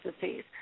disease